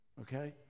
okay